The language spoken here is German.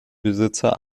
besitzer